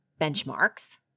benchmarks